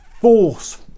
force